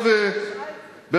אבל היא לא